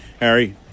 Harry